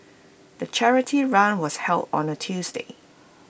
the charity run was held on A Tuesday